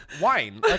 wine